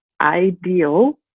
ideal